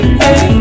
hey